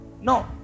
No